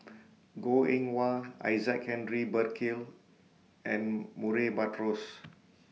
Goh Eng Wah Isaac Henry Burkill and Murray Buttrose